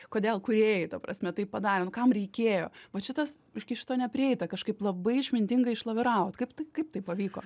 kodėl kūrėjai ta prasme tai padarė nu kam reikėjo vat šitas iki šito neprieita kažkaip labai išmintingai išlaviravot kaip tai kaip tai pavyko